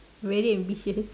really ambitious